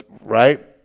right